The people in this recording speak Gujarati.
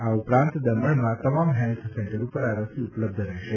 આ ઉપરાંત દમણમાં તમામ હેલ્થ સેન્ટર ઉપર આ રસી ઉપલબ્ધ રહેશે